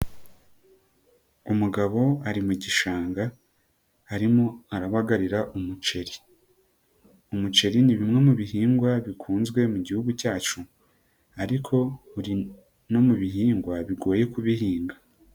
Umugabo ari mu gishanga arimo arabagarira umuceri, umuceri ni bimwe mu bihingwa bikunzwe mu gihugu cyacu ariko biri no mu bihingwa, bigoye kubihinga.